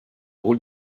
rôle